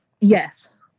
Yes